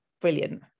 brilliant